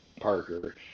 Parker